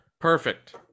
perfect